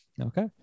Okay